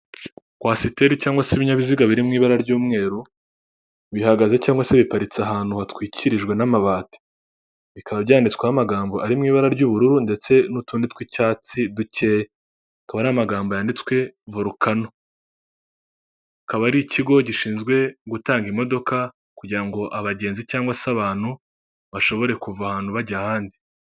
Kwasiteri cyangwa se ibinyabiziga biri mu ibara ry'umweru bihagaze cyangwa se biparitse ahantu hatwikirijwe n'amabati, bikaba byanditsweho amagambo ari mu ibara ry'ubururu ndetse n'utundi tw'icyatsi dukeya, akaba ari amagambo yanditswe Volukano, akaba ari ikigo gishinzwe gutanga imodoka kugira ngo abagenzi cyangwa se abantu bashobore kuva ahantu bajya ahandi.